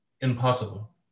impossible